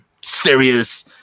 serious